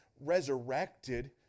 resurrected